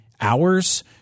hours